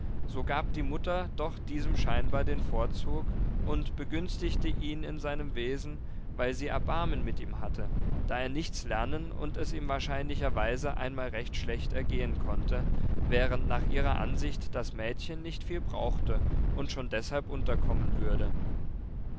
so gab die mutter doch diesem scheinbar den vorzug und begünstigte ihn in seinem wesen weil sie erbarmen mit ihm hatte da er nichts lernen und es ihm wahrscheinlicherweise einmal recht schlecht ergehen konnte während nach ihrer ansicht das mädchen nicht viel brauchte und schon deshalb unterkommen würde